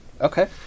Okay